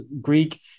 Greek